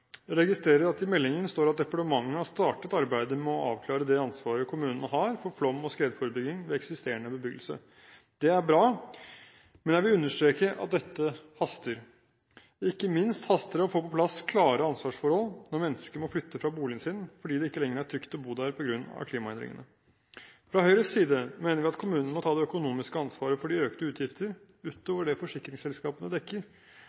Jeg registrerer at det i meldingen står at departementet har startet arbeidet med å avklare det ansvaret kommunene har for flom- og skredforebygging ved eksisterende bebyggelse. Det er bra. Men jeg vil understreke at dette haster. Ikke minst haster det å få på plass klare ansvarsforhold når mennesker må flytte fra boligen sin fordi det ikke lenger er trygt å bo der på grunn av klimaendringene. Høyre mener at kommunene må ta det økonomiske ansvaret – utover det forsikringsselskapene dekker – for de utgifter